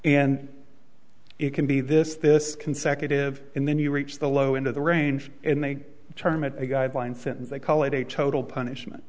and it can be this this consecutive and then you reach the lower end of the range and they term it a guideline sentence they call it a total punishment